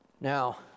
Now